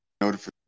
notification